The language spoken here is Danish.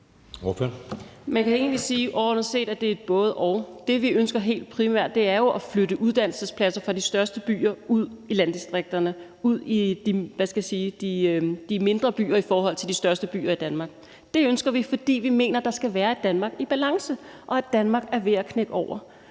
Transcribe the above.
Man kan egentlig sige, at overordnet set er det et både-og. Det, vi ønsker helt primært, er jo at flytte uddannelsespladser fra de største byer ud i landdistrikterne; ud i de mindre byer i forhold til de største byer i Danmark. Det ønsker vi, fordi vi mener, at der skal være et Danmark i balance, og at Danmark er ved at knække over.